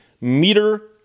meter